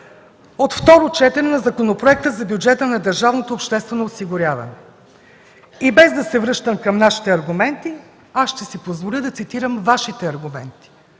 от второ четене на Законопроекта за бюджета на държавното обществено осигуряване. И без да се връщам към нашите аргументи, ще си позволя да цитирам Вашите.